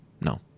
No